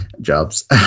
jobs